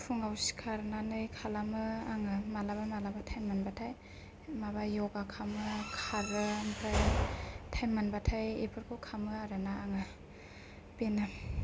फुङाव सिखारनानै खालामो आङो मालाबा मालाबा टाइम मोनबाथाय माबा य'गा खामो खारो ओमफ्राय टाइम मोनबाथाय बेफोरखौ खामो आरोना आङो बेनो